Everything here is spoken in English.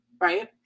right